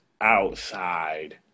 outside